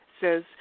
Says